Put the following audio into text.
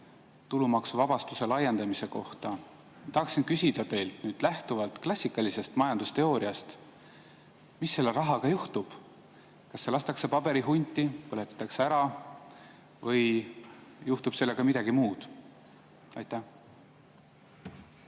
tulumaksuvabastuse laiendamise kohta. Tahaksin küsida teilt nüüd lähtuvalt klassikalisest majandusteooriast: mis selle rahaga juhtub? Kas see lastakse paberihunti, põletatakse ära või juhtub sellega midagi muud? Aitäh,